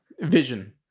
Vision